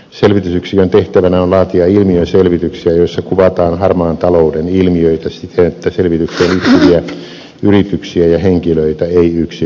selvitysyksikön tehtävänä on laatia ilmiöselvityksiä joissa kuvataan harmaan talouden ilmiöitä siten että selvitykseen liittyviä yrityksiä ja henkilöitä ei yksilöidä